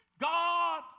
God